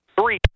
Three